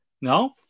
No